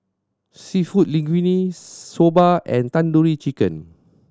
Seafood Linguine Soba and Tandoori Chicken